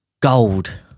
Gold